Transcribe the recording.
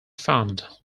fund